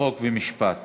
חוק ומשפט